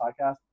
podcast